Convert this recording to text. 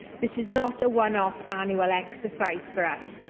this is not a one-off annual exercise for us.